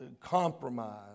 compromise